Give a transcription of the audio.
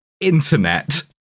Internet